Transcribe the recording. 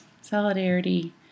Solidarity